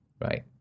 right